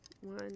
One